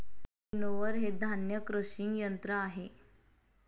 winnower हे धान्य crushing यंत्र आहे